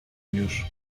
już